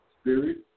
spirit